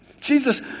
Jesus